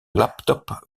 laptop